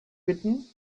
bitten